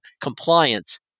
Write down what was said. compliance